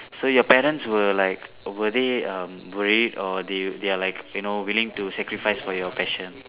so your parents were like were they um worried or they they are like you know willing to sacrifice for your passion